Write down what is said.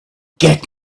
get